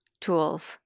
tools